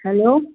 hello